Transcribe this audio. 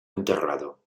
enterrado